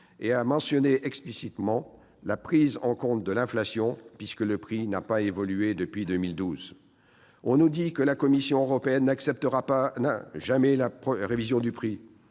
et a mentionné explicitement la prise en compte de l'inflation, puisque le prix n'a pas évolué depuis 2012. On nous dit que la Commission européenne n'acceptera jamais la révision du prix.